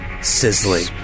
sizzling